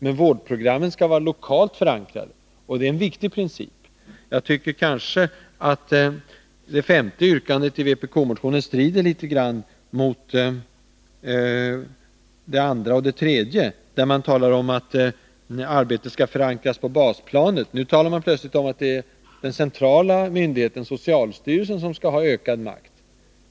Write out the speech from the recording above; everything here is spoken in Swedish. Men vårdprogrammen skall vara lokalt förankrade. Det är en viktig princip. Jag tycker kanske att det femte yrkandet i vpk-motionen strider litet grand mot det andra och det tredje yrkandet, där man talar om att arbetet skall förankras på basplanet. Nu talar man plötsligt om att det är den centrala myndigheten — socialstyrelsen — som skall ha ökad makt.